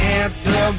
answer